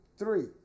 three